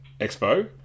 expo